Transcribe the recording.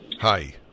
Hi